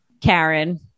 Karen